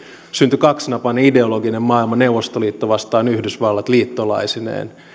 syntyi kaksinapainen ideologinen maailma neuvostoliitto vastaan yhdysvallat liittolaisineen